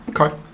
Okay